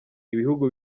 ibihugu